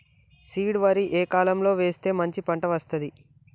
Seed వరి ఏ కాలం లో వేస్తే మంచి పంట వస్తది?